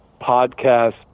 podcast